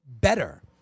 better